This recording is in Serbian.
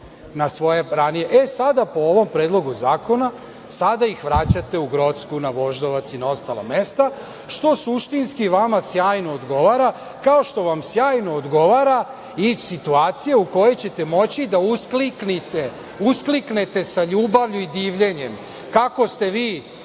a sada, po ovom predlogu zakona, ih vraćate u Grocku, na Voždovac i na ostala mesta, što suštinski vama sjajno odgovara, kao što vam sjajno odgovara i situacija u kojoj ćete moći da uskliknete sa ljubavlju i divljenjem kako ste vi